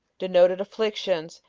denoted afflictions,